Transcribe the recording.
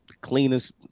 Cleanest